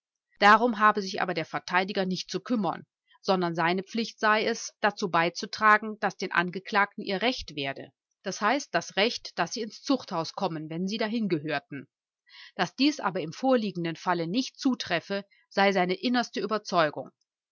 darum habe sich aber der verteidiger nicht zu kümmern sondern seine pflicht sei es dazu beizutragen daß den angeklagten ihr recht werde d h das recht daß sie ins zuchthaus kommen wenn sie dahin gehören daß dies aber im vorliegenden falle nicht zutreffe sei seine innerste überzeugung